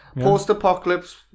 Post-apocalypse